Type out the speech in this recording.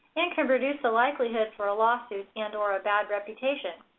and can reduce the likelihood for a lawsuit, and or a bad reputation.